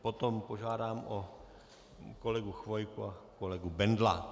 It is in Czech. Potom požádám kolegu Chvojku a kolegu Bendla.